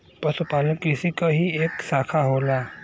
पशुपालन कृषि क ही एक साखा होला